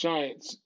Giants